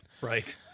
Right